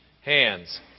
hands